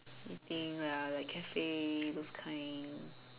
eating ya like cafes those kind